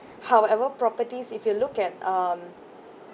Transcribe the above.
however properties if you look at um